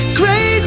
crazy